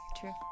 True